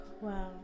Wow